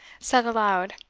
said aloud,